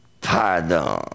pardon